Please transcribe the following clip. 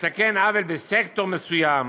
לתקן עוול בסקטור מסוים,